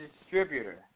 distributor